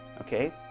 Okay